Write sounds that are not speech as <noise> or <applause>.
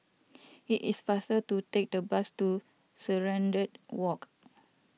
<noise> it is faster to take the bus to Serenade Walk